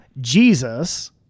Jesus